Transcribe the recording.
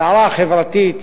הסערה החברתית,